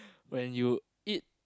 when you eat